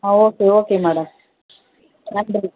ஆ okay okay madam நன்றி